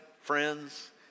friends